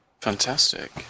Fantastic